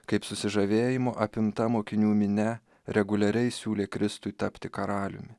kaip susižavėjimo apimtą mokinių minia reguliariai siūlė kristui tapti karaliumi